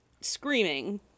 Screaming